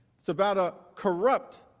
it's about a corrupt